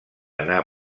anar